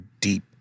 deep